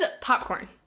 popcorn